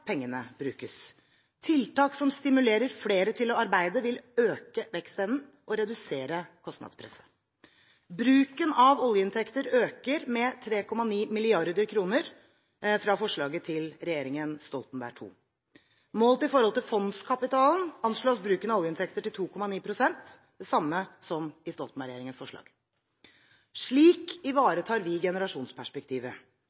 pengene brukes. Tiltak som stimulerer flere til å arbeide, vil øke vekstevnen og redusere kostnadspresset. Bruken av oljeinntekter øker med 3,9 mrd. kr fra forslaget til regjeringen Stoltenberg II. Målt i forhold til fondskapitalen anslås bruken av oljeinntekter til 2,9 pst., det samme som i Stoltenberg-regjeringens forslag. Slik